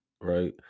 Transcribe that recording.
right